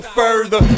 further